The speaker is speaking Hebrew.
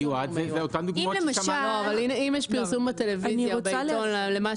אם יש פרסום בטלוויזיה או בעיתון למה